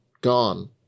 Gone